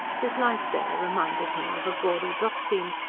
his life there reminded him of a gaudy drop-scene,